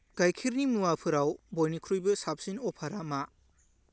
गाइखेरनि मुवाफोराव बयनिख्रुइबो साबसिन अफारा मा